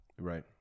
right